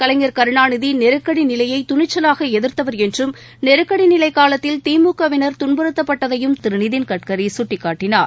கலைஞ் கருணாநிதிநெருக்கடிநிலையைதுணிச்சலாகஎதிர்த்தவர் என்றும் நெருக்கடநிலைகாலத்தில் திமுக வின் துன்புறுத்தப்பட்டதையும் திருநிதின்கட்கரிசுட்டிக்காட்டினார்